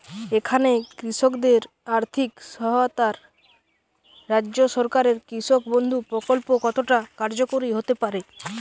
এখানে কৃষকদের আর্থিক সহায়তায় রাজ্য সরকারের কৃষক বন্ধু প্রক্ল্প কতটা কার্যকরী হতে পারে?